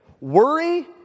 Worry